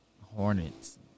Hornets